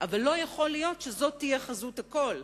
אבל לא יכול להיות שזאת תהיה חזות הכול.